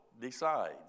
decides